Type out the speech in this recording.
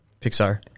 Pixar